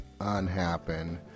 unhappen